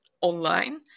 online